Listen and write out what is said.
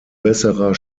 besserer